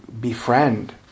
befriend